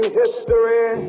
history